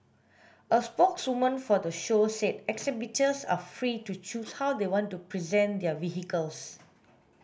a spokeswoman for the show said exhibitors are free to choose how they want to present their vehicles